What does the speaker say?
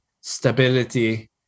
stability